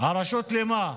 הרשות למה?